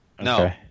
No